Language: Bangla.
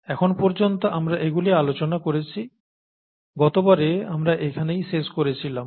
এখন পর্যন্ত আমরা এগুলি আলোচনা করেছি গতবারে আমরা এখানেই শেষ করেছিলাম